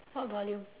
what volume